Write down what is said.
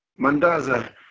Mandaza